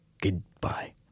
goodbye